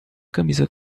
camisa